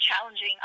challenging